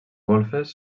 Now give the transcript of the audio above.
golfes